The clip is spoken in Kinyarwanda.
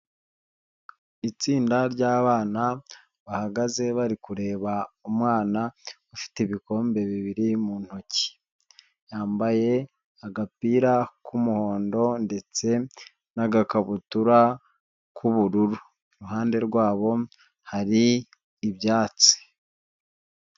Itsinda ry'abana bahagaze bari kureba umwana ufite ibikombe bibiri mu ntoki. Yambaye agapira k'umuhondo ndetse n'agakabutura k'ubururu, iruhande rwabo hari ibyatsi.